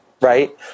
right